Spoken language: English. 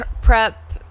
prep